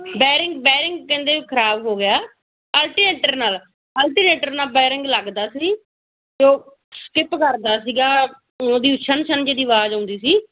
bearing bearing ਕਹਿੰਦੇ ਖ਼ਰਾਬ ਹੋ ਗਿਆ ਅਰਟੀ ਐਂਟਰ ਨਾਲ ਅਲਟੀਨੇਟਰ ਨਾਲ ਬੈਰਿੰਗ ਲੱਗਦਾ ਸੀ ਅਤੇ ਉਹ ਸਲਿਪ ਕਰਦਾ ਸੀਗਾ ਉਹਦੀ ਛਣ ਛਣ ਜੀ ਦੀ ਆਵਾਜ਼ ਆਉਂਦੀ ਸੀ